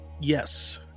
Yes